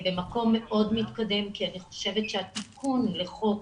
במקום מאוד מתקדם כי אני חושבת שהתיקון לחוק